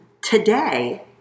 today